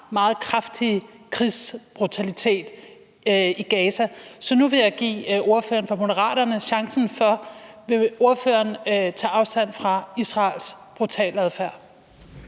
meget kraftige krigsbrutalitet i Gaza. Så nu vil jeg give ordføreren fra Moderaterne chancen: Vil ordføreren tage afstand fra Israels brutale adfærd?